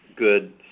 good